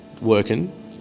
working